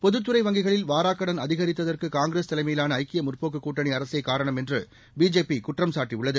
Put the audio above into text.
பொதுத்துறை வங்கிகளில் வாராக்கடன் அதிகரித்ததற்கு காங்கிரஸ் தலைமையிலான ஐக்கிய முற்போக்குக் கூட்டணி அரசே காரணம் என்று பிஜேபி குற்றம் சாட்டியுள்ளது